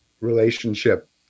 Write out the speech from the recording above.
relationship